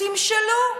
תמשלו.